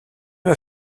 m’a